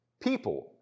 people